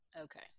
Okay